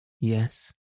yes